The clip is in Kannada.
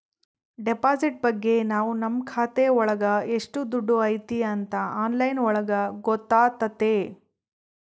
ಡೆಪಾಸಿಟ್ ಬಗ್ಗೆ ನಾವ್ ನಮ್ ಖಾತೆ ಒಳಗ ಎಷ್ಟ್ ದುಡ್ಡು ಐತಿ ಅಂತ ಆನ್ಲೈನ್ ಒಳಗ ಗೊತ್ತಾತತೆ